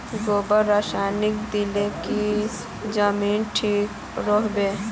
गोबर रासायनिक दिले की जमीन ठिक रोहबे?